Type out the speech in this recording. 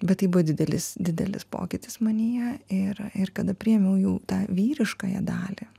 bet tai buvo didelis didelis pokytis manyje ir ir kada priėmiau jau tą vyriškąją dalį